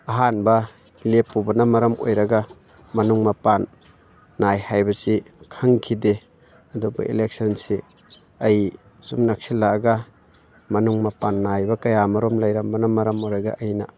ꯑꯍꯥꯟꯕ ꯂꯦꯞꯄꯨꯕꯅ ꯃꯔꯝ ꯑꯣꯏꯔꯒ ꯃꯅꯨꯡ ꯃꯄꯥꯟ ꯅꯥꯏ ꯍꯥꯏꯕꯁꯤ ꯈꯪꯈꯤꯗꯦ ꯑꯗꯨꯕꯨ ꯏꯂꯦꯛꯁꯟꯁꯤ ꯑꯩ ꯁꯨꯝ ꯅꯛꯁꯤꯜꯂꯛꯑꯒ ꯃꯅꯨꯡ ꯃꯄꯥꯟ ꯅꯥꯏꯕ ꯀꯌꯥ ꯃꯔꯨꯝ ꯂꯩꯔꯝꯕꯅ ꯃꯔꯝ ꯑꯣꯏꯔꯒ ꯑꯩꯅ